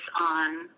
on